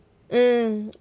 mm